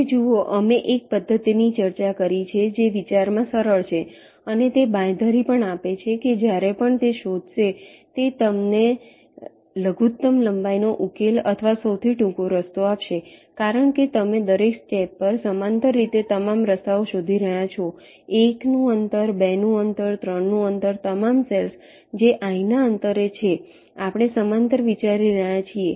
હવે જુઓ અમે એક પદ્ધતિની ચર્ચા કરી છે જે વિચાર માં સરળ છે અને તે બાંયધરી પણ આપે છે કે જ્યારે પણ તે શોધશે તે તમને લઘુત્તમ લંબાઈનો ઉકેલ અથવા સૌથી ટૂંકો રસ્તો આપશે કારણ કે તમે દરેક સ્ટેપ પર સમાંતર રીતે તમામ રસ્તાઓ શોધી રહ્યા છો 1 નું અંતર 2 નું અંતર 3 નું અંતર તમામ સેલ્સ જે i ના અંતરે છે આપણે સમાંતર વિચારી રહ્યા છીએ